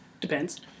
Depends